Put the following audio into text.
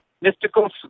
Mystical